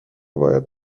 باید